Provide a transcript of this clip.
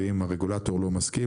ואם הרגולטור לא מסכים,